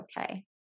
okay